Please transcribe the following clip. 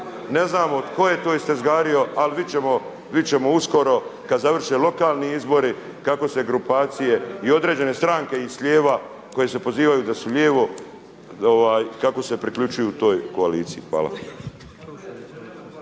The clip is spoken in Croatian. ne znamo tko je to istezgario ali biti ćemo, biti ćemo uskoro kada završe lokalni izbori kako se grupacije i određene stranke i s lijeva, koje se pozivaju da su lijevo, kako se priključuju toj koaliciji. Hvala.